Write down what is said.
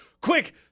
Quick